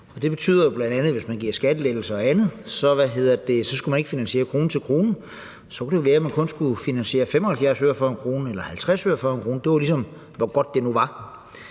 jo bl.a., at hvis man gav skattelettelser og andet, så skulle man ikke finansiere det krone til krone. Så kunne det være, at man kun skulle finansiere 75 øre ud af 1 kr. eller 50 øre ud af 1 kr. Det var ligesom afhængigt af, hvor godt det nu var.